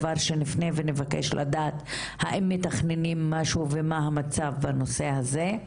דבר שנפנה ונבקש לדעת האם הם מתכננים משהו ומה המצב בנושא הזה.